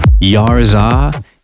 yarza